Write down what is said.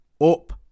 Up